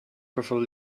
before